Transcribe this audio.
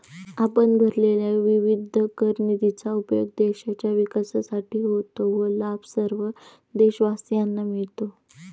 आपण भरलेल्या विविध कर निधीचा उपयोग देशाच्या विकासासाठी होतो व लाभ सर्व देशवासियांना मिळतो